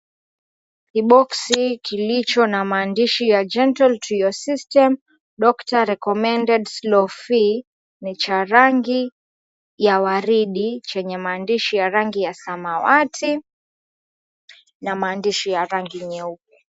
Kiboksi kilicho na maandishi ya Gental to Your System Doctor Recommended Slow Fee ni cha rangi ya waridi chenye maandishi ya rangi ya samawati na maandishi ya rangi nyeupe.